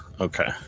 Okay